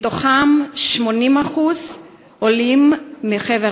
80% מתוכם עולים מחבר